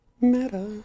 Meta